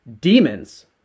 demons